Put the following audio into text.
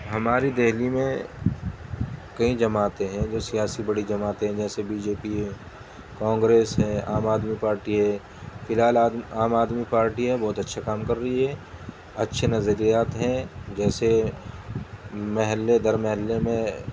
ہماری دہلی میں کئی جماعتیں ہیں جو سیاسی بڑی جماعتیں ہیں جیسے بی جے پی ہے کانگریس ہے عام آدمی پارٹی ہے فی الحال عاد عام آدمی پارٹی ہے بہت اچھے کام کر رہی ہے اچھے نظریات ہیں جیسے محلے در محلے میں